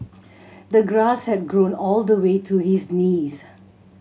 the grass had grown all the way to his knees